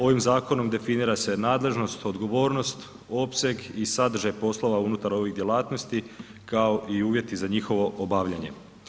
Ovim zakonom definira se nadležnost, odgovornost, opseg i sadržaj poslova unutar ovih djelatnosti kao i uvjeti za njihovo obavljanje.